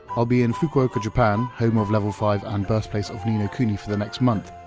i'll be in fukuoka, japan, home of level five and birthplace of ni no kuni for the next month,